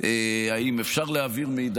אם אפשר להעביר מידע,